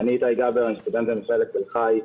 אני איתי גבר, אני סטודנט במכללת תל חי.